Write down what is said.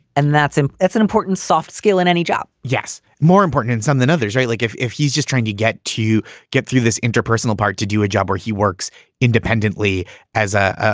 and that's a that's an important soft skill in any job. yes more important in some than others. right. like if if he's just trying to get to get through this interpersonal part to do a job where he works independently as a,